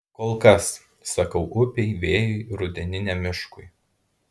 kol kas sakau upei vėjui rudeniniam miškui